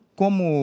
como